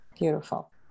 Beautiful